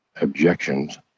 objections